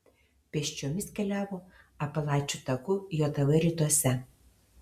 pėsčiomis keliavo apalačų taku jav rytuose